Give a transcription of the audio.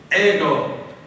Ego